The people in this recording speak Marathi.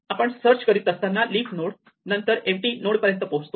आपण सर्च करीत असताना लिफ नोड नंतर एम्पटी नोड पर्यंत पोहोचतो